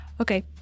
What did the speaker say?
Okay